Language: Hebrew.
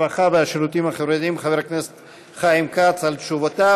הרווחה והשירותים החברתיים חבר הכנסת חיים כץ על תשובותיו.